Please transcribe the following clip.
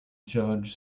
judge